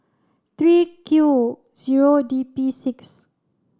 three Q zero D P six